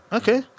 okay